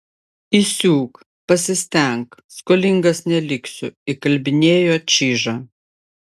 įsiūk pasistenk skolingas neliksiu įkalbinėjo čyžą